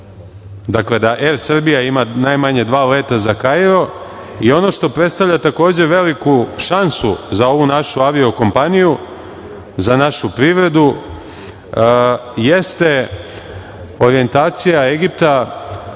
Dakle, da „Er Srbija“ ima najmanje leta za Kairo i ono što predstavlja, takođe, veliku šansu za ovu našu avio kompaniju, za našu privredu, jeste orjentacija Egipta,